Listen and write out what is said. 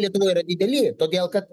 lietuvoj yra dideli todėl kad